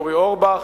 אורי אורבך,